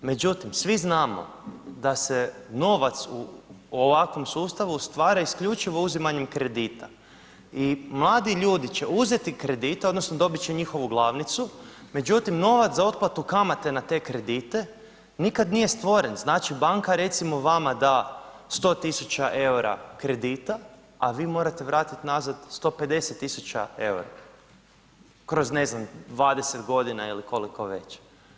Međutim, svi znamo da se novac u ovakvom sustavu stvara isključivo uzimanjem kredita i mladi ljudi će uzeti kredite odnosno dobit će njihovu glavnicu, međutim, novac za otplatu kamate na te kredite nikad nije stvoren, znači, banka recimo vama da 100.000,00 EUR-a kredita, a vi morate vratit nazad 150.000,00 EUR-a kroz ne znam, 20.g. ili koliko već.